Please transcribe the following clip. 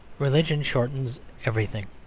religion shortens everything.